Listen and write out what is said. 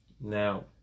Now